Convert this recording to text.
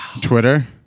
Twitter